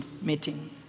meeting